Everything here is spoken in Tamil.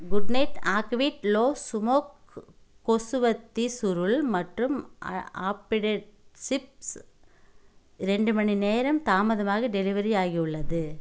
குட்நைட் ஆக்டிவ் லோ ஸ்மோக் கொசுவர்த்திச் சுருள் மற்றும் அப்பிடட் சிப்ஸ் ரெண்டு மணிநேரம் தாமதமாக டெலிவரி ஆகியுள்ளது